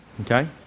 Okay